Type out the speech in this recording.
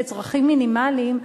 לצרכים מינימליים,